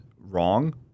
wrong